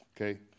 okay